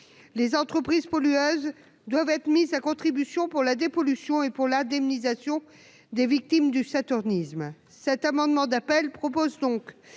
les entreprises pollueuses doivent être mises à contribution pour la dépollution et pour l'Ademe Lisa Sion des victimes du saturnisme,